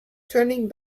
turning